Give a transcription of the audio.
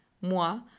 moi